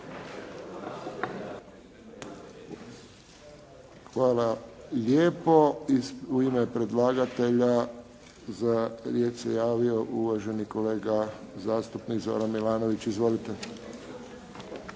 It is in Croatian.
Hvala lijepo. U ime predlagatelja za riječ se javio uvaženi kolega zastupnik Zoran Milanović. Izvolite.